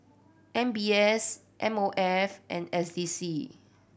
M B S M O F and S D C